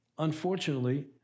Unfortunately